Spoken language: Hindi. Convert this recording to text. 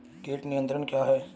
कीट नियंत्रण क्या है?